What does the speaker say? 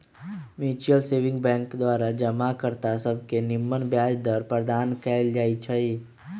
mutual saving bank द्वारा जमा कर्ता सभके निम्मन ब्याज दर प्रदान कएल जाइ छइ